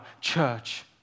church